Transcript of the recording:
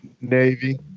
Navy